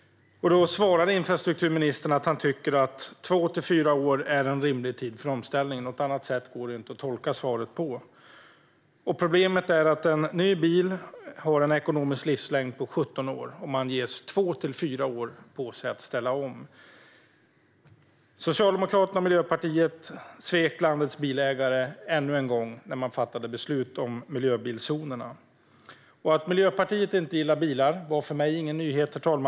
Infrastrukturministern svarar att två till fyra år är en rimlig tid för omställning - något annat sätt går det inte att tolka svaret på. Problemet är att en ny bil har en ekonomisk livslängd på 17 år, och man ges två till fyra år att ställa om. Socialdemokraterna och Miljöpartiet svek ännu en gång landets bilägare när man fattade beslut om miljözoner. Att Miljöpartiet inte gillar bilar var ingen nyhet för mig.